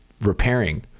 repairing